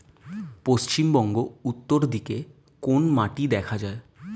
পশ্চিমবঙ্গ উত্তর দিকে কোন মাটি দেখা যায়?